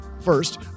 First